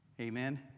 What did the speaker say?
Amen